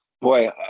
Boy